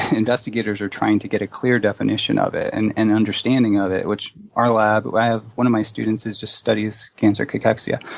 investigators are trying to get a clear definition of it and and understanding of it, which our lab i have one of my students who just studies cancer cachexia.